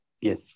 Yes